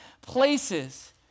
places